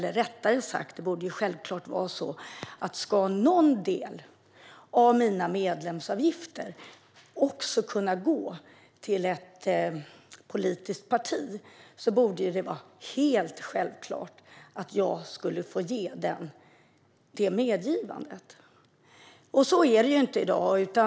Rättare sagt borde det vara självklart att om någon del av min medlemsavgift också ska gå till ett politiskt parti ska jag göra ett medgivande. Så är det inte i dag.